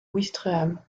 ouistreham